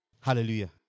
Hallelujah